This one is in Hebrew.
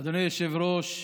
אדוני היושב-ראש,